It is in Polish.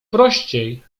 prościej